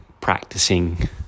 practicing